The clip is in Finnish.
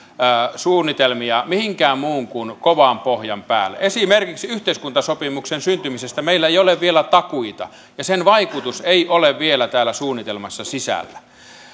suunnitelmia minkään muun kuin kovan pohjan päälle esimerkiksi yhteiskuntasopimuksen syntymisestä meillä ei ole vielä takuita ja sen vaikutus ei ole vielä täällä suunnitelmassa sisällä